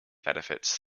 benefits